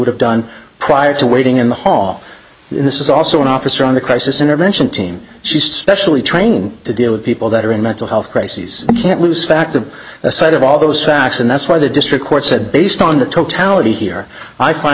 have done prior to waiting in the hall this is also an officer on the crisis intervention team she's specially trained to deal with people that are in mental health crises and can't lose fact to the side of all those facts and that's why the district court said based on the totality here i find